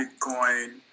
Bitcoin